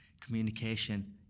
communication